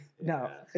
No